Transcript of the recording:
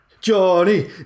Johnny